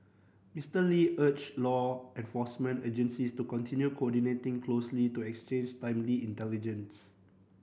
Mister Lee urged law enforcement agencies to continue coordinating closely to exchange timely intelligence